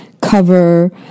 cover